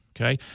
Okay